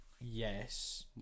Yes